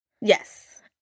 Yes